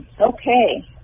Okay